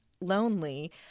lonely –